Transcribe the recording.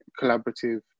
collaborative